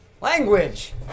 Language